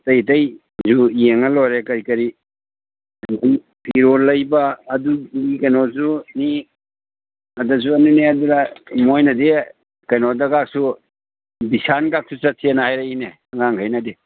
ꯑꯇꯩ ꯑꯇꯩꯁꯨ ꯌꯦꯡꯉ ꯂꯣꯏꯔꯦ ꯀꯔꯤ ꯀꯔꯤ ꯐꯤꯔꯣꯜ ꯂꯩꯕ ꯑꯗꯨꯒꯤ ꯀꯩꯅꯣꯁꯨꯅꯤ ꯑꯗꯨꯁꯨ ꯑꯗꯨꯅꯤ ꯑꯗꯨꯒ ꯃꯣꯏꯅꯗꯤ ꯀꯩꯅꯣꯗꯒꯁꯨ ꯕꯤꯁꯥꯜꯒꯁꯨ ꯆꯠꯁꯤ ꯍꯥꯏꯔꯛꯏꯅꯦ ꯑꯉꯥꯡꯈꯩꯅꯗꯤ